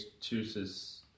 chooses